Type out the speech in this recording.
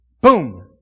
Boom